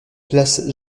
place